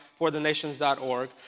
forthenations.org